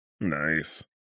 Nice